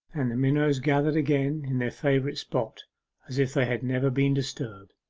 and the minnows gathered again in their favourite spot as if they had never been disturbed.